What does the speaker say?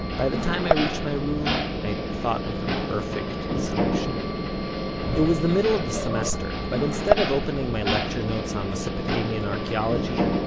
by the time i had reached my room, i'd thought of the perfect solution it was the middle of the semester, but instead of opening my lecture notes on mesopotamian archeology,